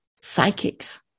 psychics